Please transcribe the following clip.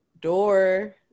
door